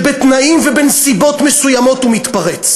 שבתנאים ובנסיבות מסוימות הוא מתפרץ.